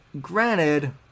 granted